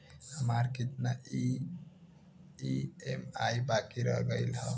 हमार कितना ई ई.एम.आई बाकी रह गइल हौ?